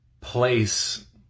place